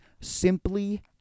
simply